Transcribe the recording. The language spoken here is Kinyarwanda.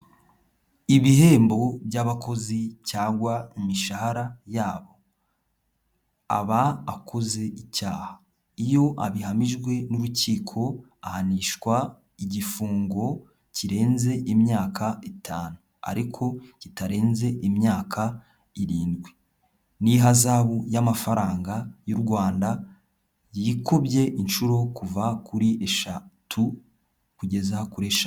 Ibihembo by'abakozi cyangwa imishahara yabo. Aba akoze icyaha, iyo abihamijwe n'urukiko, ahanishwa igifungo kirenze imyaka itanu, ariko kitarenze imyaka irindwi n'ihazabu y'amafaranga y'u Rwanda yikubye inshuro kuva kuri eshatu kugeza kuri eshanu.